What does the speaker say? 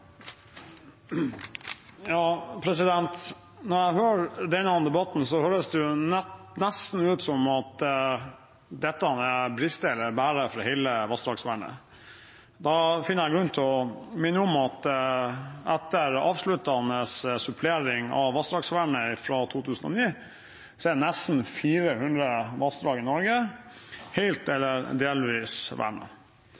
Når jeg hører denne debatten, så høres det nesten ut som at dette er bære eller briste for hele vassdragsvernet. Da finner jeg grunn til å minne om at etter avsluttende supplering av Verneplan for vassdrag fra 2009, så er nesten 400 vassdrag i Norge helt